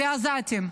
לעזתים.